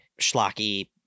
schlocky